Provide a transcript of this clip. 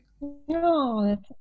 no